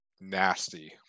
nasty